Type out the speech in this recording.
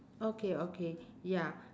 okay okay ya